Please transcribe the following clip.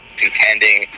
contending